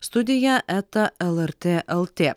studija eta lrt lt